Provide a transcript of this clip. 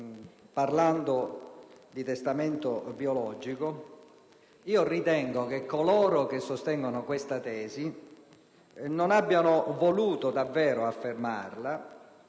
parlando di testamento biologico, ritengo che coloro che sostengono questa tesi non abbiano voluto davvero affermarla,